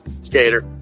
Skater